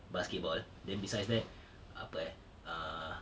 basketball then besides that apa eh ah